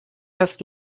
hast